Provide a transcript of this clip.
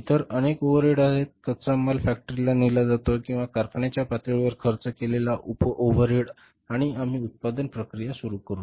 इतर अनेक ओव्हरहेड्स आहेत कच्चा माल फॅक्टरीला नेला जातो तेव्हा कारखान्याच्या पातळीवर खर्च केलेला उप ओव्हरहेड आणि आम्ही उत्पादन प्रक्रिया सुरू करा